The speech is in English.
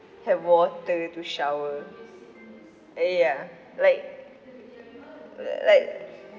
have water to shower ya like like